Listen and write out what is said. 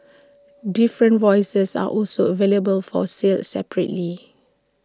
different voices are also available for sale separately